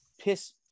piss